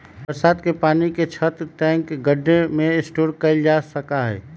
बरसात के पानी के छत, टैंक, गढ्ढे में स्टोर कइल जा सका हई